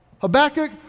Habakkuk